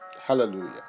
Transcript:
hallelujah